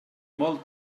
molt